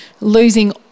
losing